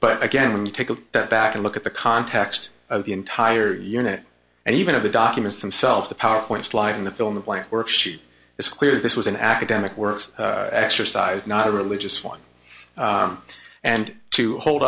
but again when you take a step back and look at the context of the entire unit and even of the documents themselves the power point slide in the film the white work sheet it's clear this was an academic works exercise not a religious one and to hold